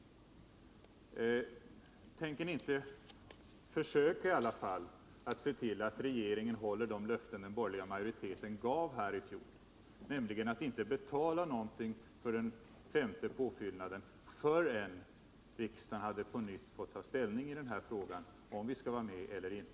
Tänker ni inte i alla fall försöka se till att regeringen håller det löfte som den borgerliga majoriteten i fjol gav, nämligen att inte betala något till den femte kapitalpåfyllnaden förrän riksdagen på nytt fått ta ställning till frågan om vi skall vara med i IDB eller inte?